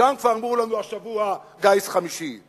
שם כבר אמרו לנו השבוע: גיס חמישי,